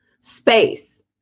space